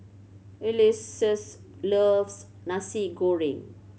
Ulysses loves Nasi Goreng